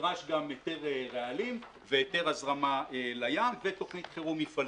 נדרש גם היתר רעלים והיתר הזרמה לים ותוכנית חירום מפעלית.